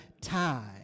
time